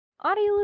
Audio